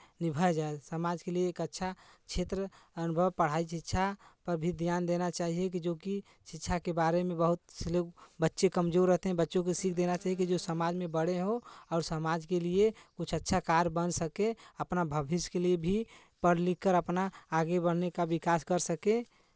निभाया जाए समाज के लिये एक अच्छा क्षेत्र अनुभव पढ़ाई शिक्षा पर भी ध्यान देना चाहिए कि जो कि शिक्षा के बारे में बहुत से लोग बच्चे कमजोर रहते हैं बच्चों को सीख देना चाहिए कि जो समाज में बड़े हों और समाज के लिये कुछ अच्छा कार्य बन सके अपना भभिष्य के लिये भी पढ़ लिख कर अपना आगे बढ़ने का विकास कर सके